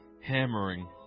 hammering